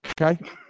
Okay